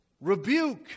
rebuke